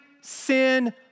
sin